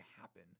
happen